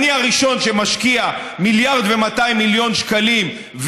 אני הראשון שמשקיע מיליארד ו-200 מיליון שקלים,